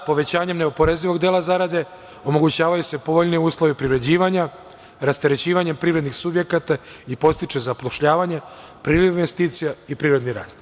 Povećanjem neoporezivog dela zarade omogućavaju se povoljniji uslovi privređivanja, rasterećivanjem privrednih subjekata i podstiče zapošljavanje, priliv investicija i privredni rast.